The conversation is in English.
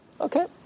Okay